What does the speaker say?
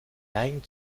neigen